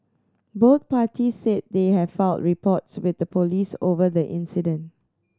both parties said they have filed reports with the police over the incident